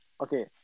Okay